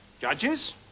judges